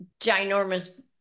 ginormous